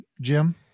Jim